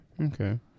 Okay